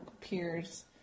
peers